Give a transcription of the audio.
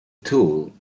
tool